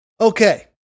Okay